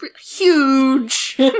huge